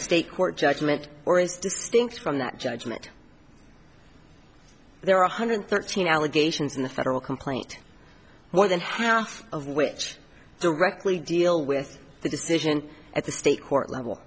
state court judgment or as distinct from that judgment there are one hundred thirteen allegations in the federal complaint more than half of which directly deal with the decision at the state court level